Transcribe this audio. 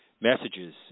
messages